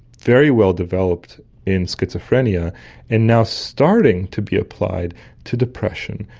very well developed in schizophrenia and now starting to be applied to depression,